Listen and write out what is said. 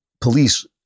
police